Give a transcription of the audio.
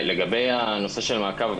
לגבי הנושא של המעקב,